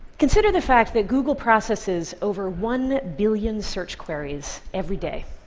consider the fact that google processes over one billion search queries every day,